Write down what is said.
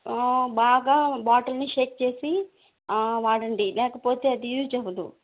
బాగా బాటిల్ని షేక్ చేసి వాడండి లేకపోతే అది యూజ్ అవ్వదు